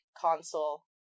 console